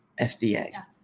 FDA